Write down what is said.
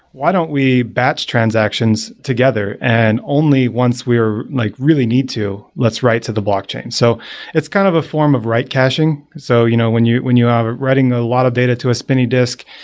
why don't we batch transactions together and only once we like really need to, let's write to the blockchain? so it's kind of a form of right-caching. so you know when you when you are writing a lot of data to a spinning disk,